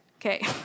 Okay